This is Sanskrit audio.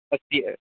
अस्ति अ